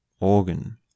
organ